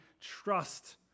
trust